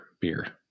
beer